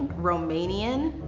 romanian?